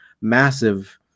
massive